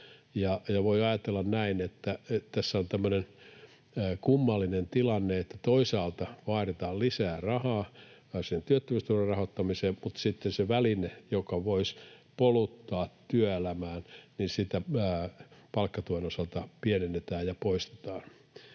voi ajatella näin, että tässä on tämmöinen kummallinen tilanne, että toisaalta vaaditaan lisää rahaa tällaiseen työttömyysturvan rahoittamiseen mutta sitten sitä välinettä, joka voisi poluttaa työelämään, palkkatuen osalta pienennetään ja poistetaan.